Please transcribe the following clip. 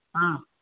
ہاں